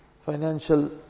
financial